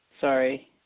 Sorry